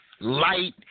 light